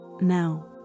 Now